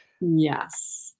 yes